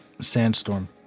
Sandstorm